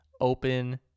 open